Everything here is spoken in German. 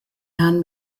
herrn